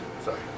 Sorry